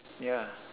ya